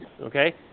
Okay